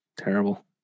Terrible